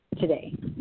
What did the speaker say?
today